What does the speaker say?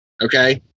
okay